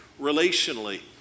relationally